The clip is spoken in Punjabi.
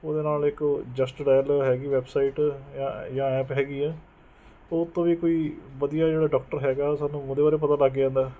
ਉਹਦੇ ਨਾਲ ਇੱਕ ਮਸਟਡ ਆਇਲ ਹੈਗੀ ਵੈਬਸਾਈਟ ਜਾਂ ਐਪ ਹੈਗੀ ਹੈ ਉਥੋਂ ਵੀ ਕੋਈ ਵਧੀਆ ਜਿਹੜਾ ਡੋਕਟਰ ਹੈਗਾ ਸਾਨੂੰ ਉਹਦੇ ਬਾਰੇ ਪਤਾ ਲੱਗ ਜਾਂਦਾ